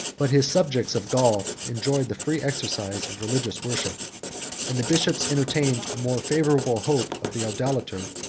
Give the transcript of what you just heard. but his subjects of gaul enjoyed the free exercise of religious worship and the bishops entertained a more favorable hope of the idolater,